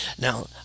Now